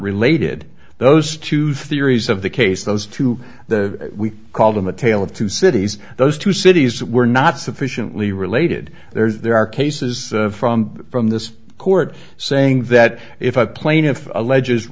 related those two theories of the case those to the we call them a tale of two cities those two cities were not sufficiently related there's there are cases from from this court saying that if a plaintiff alleges